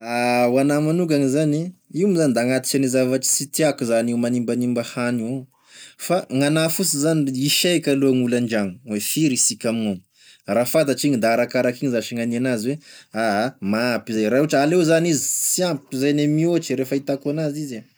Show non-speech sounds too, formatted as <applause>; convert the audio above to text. <hesitation> Ho anahy magnokany zany io moa zagny da agnatisane zavatry sy tiàko zany io magnimbagnimba hany io, fa gnagnahy fonsiny zany da isaiko aloha gn'olo andragno hoe firy isika amignao, raha fantatry igny da arakarak'igny zash gn'ania anazy hoe haha mahampy zay, raha ohatry aleo zany izy sy ampy toy izay mihoatra.